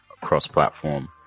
cross-platform